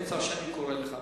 בעת שאני קורא לך.